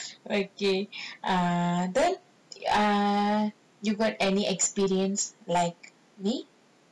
okay err then err you got any experience like me